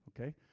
okay